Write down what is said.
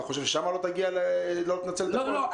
אתה חושב ששם לא תנצל את הכול?